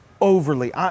overly